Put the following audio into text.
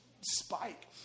spike